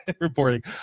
reporting